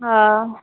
हा